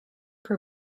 per